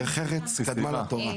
דרך ארץ קדמה לתורה.